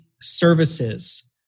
services